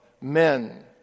Men